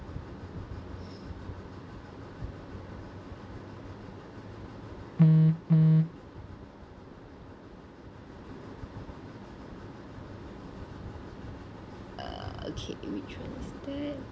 uh okay which [one] is that